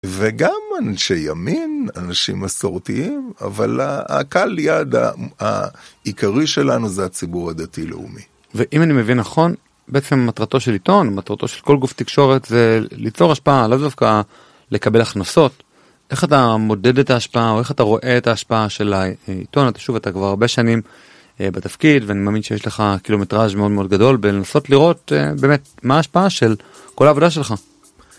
וגם אנשי ימין, אנשים מסורתיים, אבל הקהל יעד העיקרי שלנו זה הציבור הדתי-לאומי. ואם אני מבין נכון, בעצם מטרתו של עיתון, מטרתו של כל גוף תקשורת זה ליצור השפעה, לאו דווקא לקבל הכנסות. איך אתה מודד את ההשפעה או איך אתה רואה את ההשפעה של העיתון? אתה שוב, אתה כבר הרבה שנים בתפקיד, ואני מאמין שיש לך קילומטראז' מאוד מאוד גדול בלנסות לראות באמת מה ההשפעה של כל העבודה שלך.